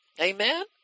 Amen